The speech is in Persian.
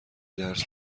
درس